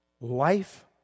Life